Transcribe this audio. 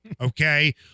Okay